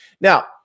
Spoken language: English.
Now